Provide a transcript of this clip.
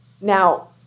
Now